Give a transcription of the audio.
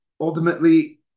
ultimately